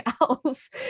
else